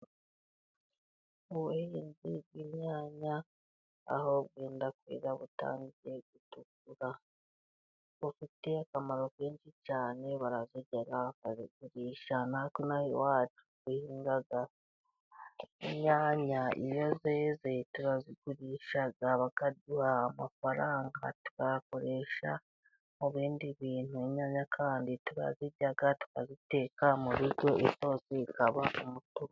Ubuhinzi bw' imyanya aho bwenda kwera butangiye gitukura. Bufite akamaro kenshi cyane, barazirya, bakazigurisha. Na twe ino aha iwacu duhinga inyanya, iyo zeze turazigurisha bakaduha amafaranga, tukayakoresha mu bindi bintu. Inyanya kandi turazirya tukaziteka mu biryo isosi ikaba umutuku.